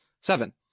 seven